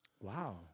Wow